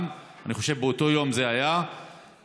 אני חושב שזה היה באותו יום,